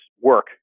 work